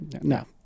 No